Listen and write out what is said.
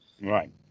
Right